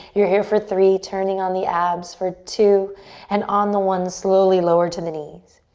you're here for three, turning on the abs for two and on the one, slowly lower to the knees.